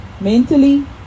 mentally